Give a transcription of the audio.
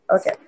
Okay